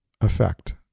effect